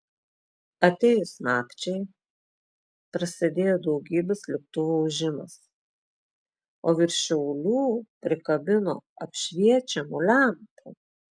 atėjus nakčiai prasidėjo daugybės lėktuvų ūžimas o virš šiaulių prikabino apšviečiamų lempų